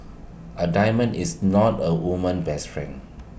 A diamond is not A woman's best friend